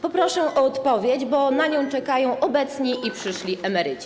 Poproszę o odpowiedź, bo na nią czekają obecni i przyszli emeryci.